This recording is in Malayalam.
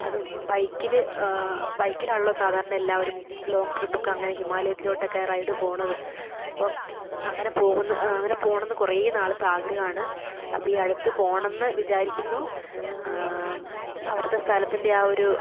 അതും ബൈക്കിൽ ബൈക്കിലാണല്ലോ സാധാരണ എല്ലാവരും ലോങ്ങ് ട്രിപ്പൊക്കെ അങ്ങനെ ഹിമാലയത്തിലോട്ടൊക്കെ റൈഡ് പോകണത് അപ്പോൾ അങ്ങനെ പോകുന്ന അങ്ങനെ പോകണം എന്ന് കുറെ നാളത്തെ ആഗ്രഹം ആണ് അപ്പം ഈ അടുത്ത് പോകണം എന്ന് വിചാരിക്കുന്നു അവിടുത്തെ സ്ഥലത്തിൻ്റെ ആ ഒരു